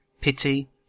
pity